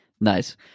Nice